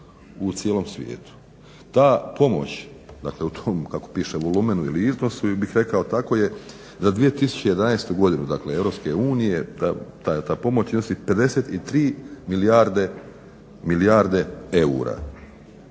u cijelom svijetu. Ta pomoć u tom volumenu ili iznosu tako je za 2011. godinu dakle Europske unije ta pomoć iznosi 53 milijarde eura.